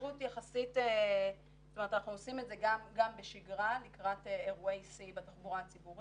אנחנו עושים את זה גם בשגרה לקראת אירועי שיא בתחבורה הציבורית,